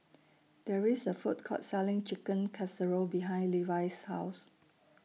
There IS A Food Court Selling Chicken Casserole behind Levi's House